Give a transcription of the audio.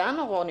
ערן,